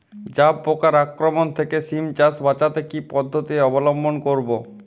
জাব পোকার আক্রমণ থেকে সিম চাষ বাচাতে কি পদ্ধতি অবলম্বন করব?